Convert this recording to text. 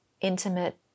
intimate